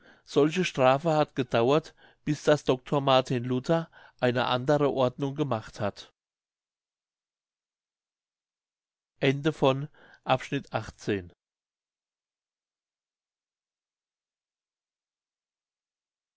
solche strafe hat gedauert bis daß doctor martin luther eine andere ordnung gemacht hat